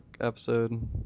episode